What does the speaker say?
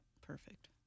perfect